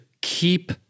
keep